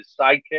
sidekick